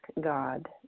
God